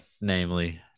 namely